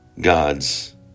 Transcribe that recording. God's